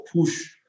push